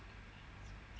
mm